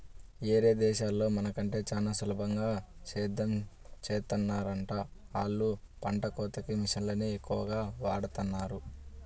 యేరే దేశాల్లో మన కంటే చానా సులభంగా సేద్దెం చేత్తన్నారంట, ఆళ్ళు పంట కోతకి మిషన్లనే ఎక్కువగా వాడతన్నారు